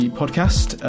podcast